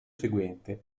seguente